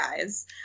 guys